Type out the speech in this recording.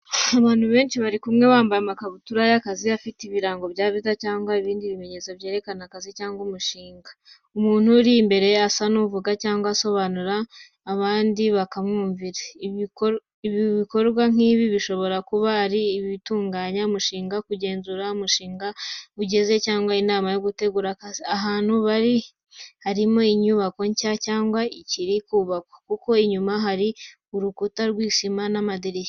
Abantu benshi bari kumwe, bamwe bambaye amakabutura y’akazi afite ibirango bya visitor cyangwa ibindi bimenyetso byerekana akazi cyangwa umushinga. Umuntu uri imbere asa n’uvuga cyangwa asobanura ikintu, abandi bakamwumvira. Ibikorwa nk’ibi bishobora kuba ari ugutunganya umushinga, kugenzura aho umushinga ugeze cyangwa inama yo gutegura akazi. Ahantu bari harimo inyubako nshya cyangwa ikiri kubakwa, kuko inyuma hari urukuta rwa sima n’amadirishya.